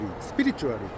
spiritually